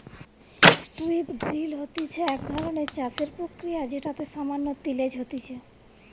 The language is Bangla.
স্ট্রিপ ড্রিল হতিছে এক ধরণের চাষের প্রক্রিয়া যেটাতে সামান্য তিলেজ হতিছে